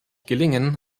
gelingen